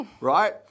right